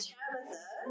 Tabitha